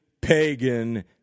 pagan